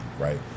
right